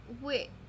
Wait